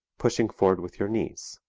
pushing forward with your knees.